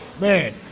man